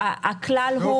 הכלל הוא,